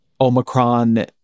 Omicron